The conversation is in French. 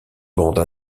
bandes